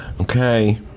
Okay